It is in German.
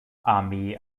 armee